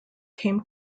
came